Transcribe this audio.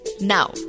Now